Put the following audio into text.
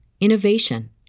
innovation